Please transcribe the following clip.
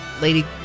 lady